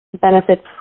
benefits